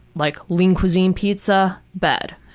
like lean cuisine pizza, bed.